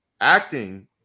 acting